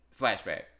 Flashback